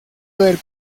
del